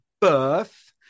birth